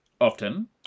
often